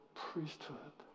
priesthood